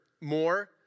more